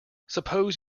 suppose